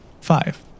five